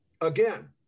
again